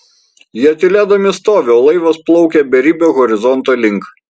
jie tylėdami stovi o laivas plaukia beribio horizonto link